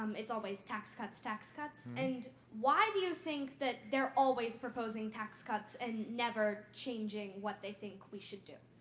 it's always tax cuts, tax cuts. and why do you think that they're always proposing tax cuts and never changing what they think we should do?